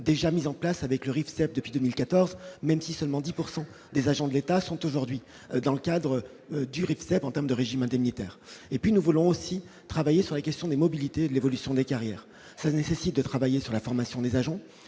déjà mises en place avec le depuis 2014 même si seulement 10 pourcent des agents de l'État sont aujourd'hui dans le cadre du Ritz, c'est en terme de régime indemnitaire et puis nous voulons aussi travailler sur la question des mobilités, l'évolution des carrières, ça nécessite de travailler sur la formation des agents,